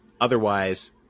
otherwise